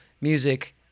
music